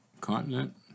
continent